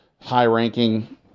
high-ranking